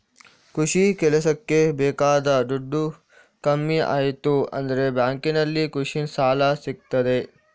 ಕೃಷಿ ಕೆಲಸಕ್ಕೆ ಬೇಕಾದ ದುಡ್ಡು ಕಮ್ಮಿ ಆಯ್ತು ಅಂದ್ರೆ ಬ್ಯಾಂಕಿನಲ್ಲಿ ಕೃಷಿ ಸಾಲ ಸಿಗ್ತದೆ